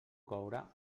coure